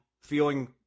feeling